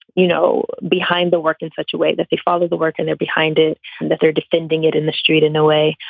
you know, behind the work in such a way that they follow the work and they're behind it that they're defending it in the street in a way.